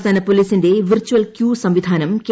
സംസ്ഥാന പോലീസിന്റെ virtual queue സംവിധാനം കെ